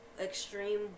Extreme